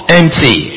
empty